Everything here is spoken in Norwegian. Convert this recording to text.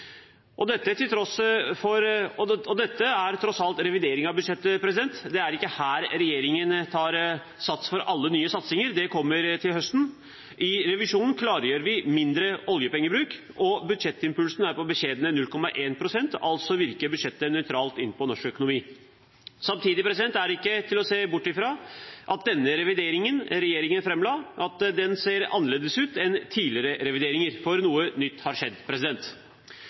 Dette er tross alt revideringen av budsjettet – det er ikke her regjeringen tar sats for alle nye satsinger. Det kommer til høsten. I revisjonen klargjør vi mindre oljepengebruk, og budsjettimpulsen er på beskjedne 0,1 pst. Altså virker budsjettet nøytralt inn på norsk økonomi. Samtidig er det ikke til å se bort fra at denne revideringen som regjeringen la fram, ser annerledes ut enn tidligere revideringer. For noe nytt har skjedd.